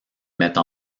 mette